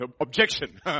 objection